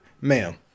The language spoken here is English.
ma'am